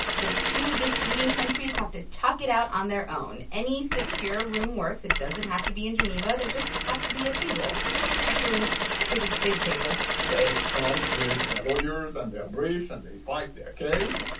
the two disputing countries have to talk it out on their own. any secure room works. it doesn't have to be in geneva. there just has to be a table actually, a pretty big table they come with their lawyers and their brief and they fight their case.